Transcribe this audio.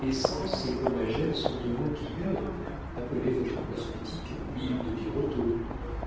et comagène sont deux mots qui hurlent appelez votre cosmétique huile de birotteau